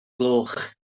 gloch